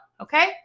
okay